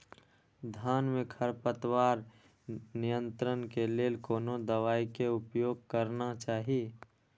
धान में खरपतवार नियंत्रण के लेल कोनो दवाई के उपयोग करना चाही?